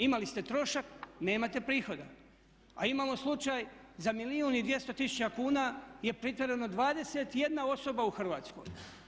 Imali ste trošak, nemate prihoda, a imamo slučaj za 1 milijun i 200 tisuća kuna je pritvoreno 21 osoba u Hrvatskoj.